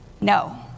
No